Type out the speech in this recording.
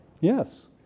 Yes